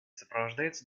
сопровождается